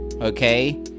okay